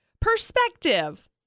perspective